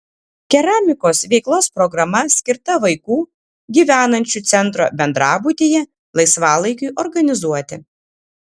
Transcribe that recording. keramikos veiklos programa skirta vaikų gyvenančių centro bendrabutyje laisvalaikiui organizuoti